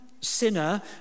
Sinner